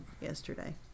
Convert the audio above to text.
yesterday